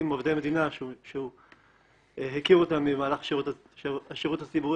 עובדי מדינה שהיא הכיר אותם במהלך השירות הציבורי